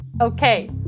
Okay